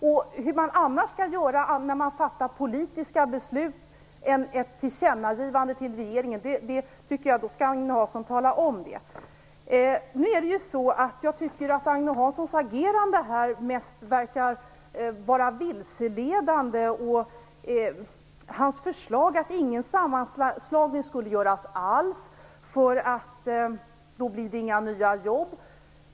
Om det finns något annat sätt att fatta politiska beslut än att lämna ett tillkännagivande till regeringen, tycker jag att Agne Hansson skall tala om det! Agne Hanssons agerande här verkar mest vara vilseledande. Hans förslag är att det inte skall göras någon sammanslagning alls, eftersom det inte blir några nya jobb.